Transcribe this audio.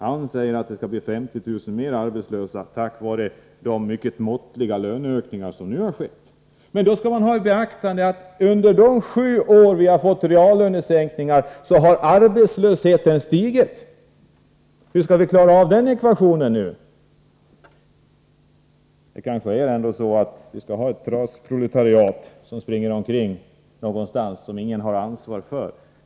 Han säger att det kommer att bli 50 000 fler arbetslösa på grund av de mycket måttliga löneökningar som nu har avtalats. Men då skall man beakta att under de sju år som vi fått reallönesänkningar har arbetslösheten stigit. Hur skall vi klara den ekvationen? Det kanske ändå är så, att vi skall ha ett trasproletariat som springer omkring någonstans och som ingen har ansvar för.